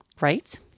right